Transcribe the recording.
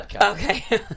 Okay